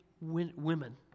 women